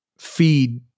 feed